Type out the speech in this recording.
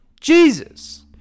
Jesus